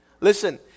Listen